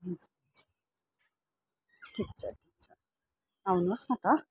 हुन्छ हुन्छ ठिक छ ठिक छ आउनुहोस् न त